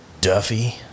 Duffy